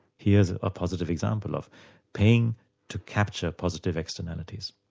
here's a positive example of paying to capture positive externalities.